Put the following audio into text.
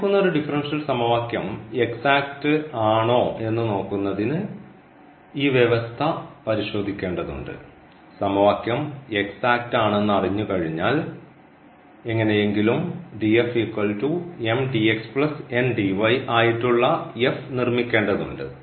തന്നിരിക്കുന്ന ഒരു ഡിഫറൻഷ്യൽ സമവാക്യം എക്സാക്റ്റ് ആണോ എന്ന് നോക്കുന്നതിന് ഈ വ്യവസ്ഥ പരിശോധിക്കേണ്ടതുണ്ട് സമവാക്യം എക്സാക്റ്റ് ആണെന്ന് അറിഞ്ഞുകഴിഞ്ഞാൽ എങ്ങനെയെങ്കിലും ആയിട്ടുള്ള നിർമ്മിക്കേണ്ടതുണ്ട്